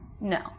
no